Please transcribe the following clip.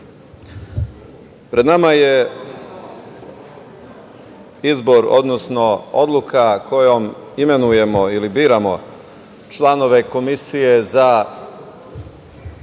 pred nama je izbor, odnosno odluka kojom imenujemo ili biramo članove Komisije za nadzor